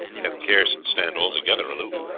can scarce stand altogether aloof.